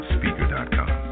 Speaker.com